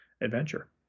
adventure